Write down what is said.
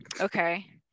Okay